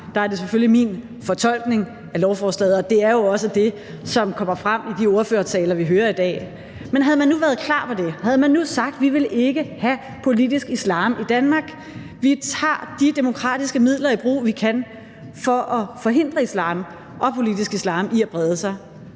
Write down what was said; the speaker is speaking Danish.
var det selvfølgelig min fortolkning af lovforslaget, og det er jo også det, som kommer frem i de ordførertaler, vi hører i dag. Men havde man nu været klar på det, og havde man nu sagt, at vi ikke vil have politisk islam i Danmark, og at vi tager de demokratiske midler i brug, vi kan, for at forhindre islam og politisk islam i at brede sig,